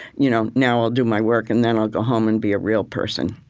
you know now i'll do my work and then i'll go home and be a real person.